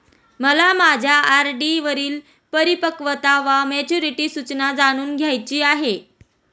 मला माझ्या आर.डी वरील परिपक्वता वा मॅच्युरिटी सूचना जाणून घ्यायची आहे